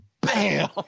bam